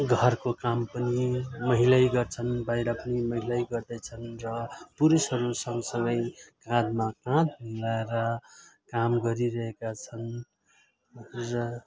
घरको काम पनि महिलै गर्छन् बाहिर पनि महिलै गर्दछन् र पुरुषहरू सँगसँगै काँधमा काँध मिलाएर काम गरिरहेका छन् र